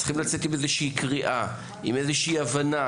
צריכים לצאת עם איזושהי קריאה, עם איזושהי הבנה